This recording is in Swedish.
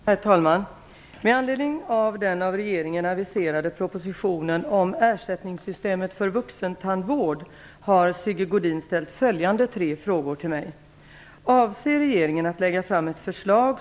Herr talman! Med anledning av den av regeringen aviserade propositionen om ersättningssystemet för vuxentandvård har Sigge Godin ställt följande tre frågor till mig. 3.